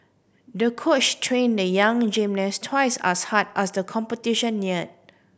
the coach trained the young gymnast twice as hard as the competition neared